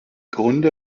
grunde